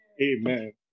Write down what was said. Amen